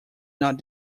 not